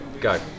go